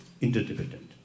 interdependent